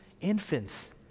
infants